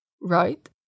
Right